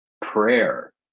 prayer